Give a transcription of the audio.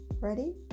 Ready